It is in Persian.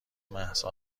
مهسا